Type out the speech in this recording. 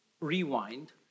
rewind